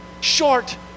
short